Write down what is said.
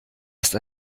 ist